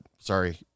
Sorry